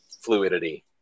fluidity